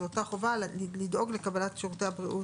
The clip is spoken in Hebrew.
זו אותה חובה לדאוג לקבלת שירותי הבריאות.